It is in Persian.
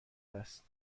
است